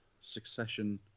succession